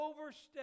overstep